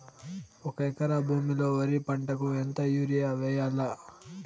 ఒక ఎకరా భూమిలో వరి పంటకు ఎంత యూరియ వేయల్లా?